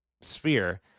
sphere